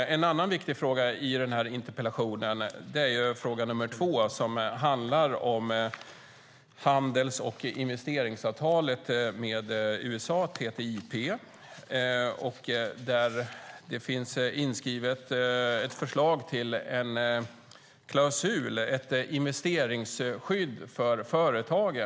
En annan viktig fråga i den här interpellationen är den fråga som handlar om handels och investeringsavtalet med USA - TTIP - där det finns ett förslag till en klausul inskrivet, nämligen ett investeringsskydd för företagen.